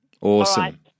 Awesome